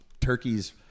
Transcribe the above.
turkeys